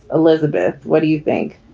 elizabeth, what do you think?